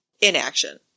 inaction